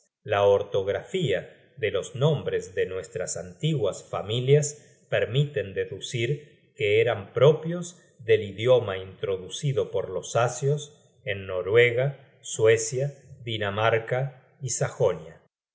la ortografía de los nombres de nuestras antiguas familias permiten deducir que eran propios del idioma introducido por los asios en noruega suecia dinamarca y sajonia